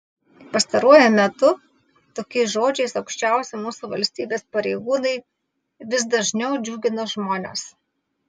pastaruoju metu tokiais žodžiais aukščiausi mūsų valstybės pareigūnai vis dažniau džiugina žmones